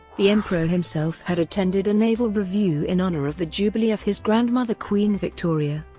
the emperor himself had attended a naval review in honour of the jubilee of his grandmother queen victoria.